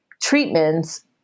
treatments